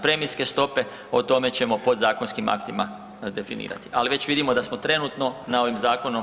Premijske stope, o tome ćemo podzakonskim aktima definirati, ali već vidimo da smo trenutno ovim zakonom